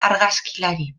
argazkilari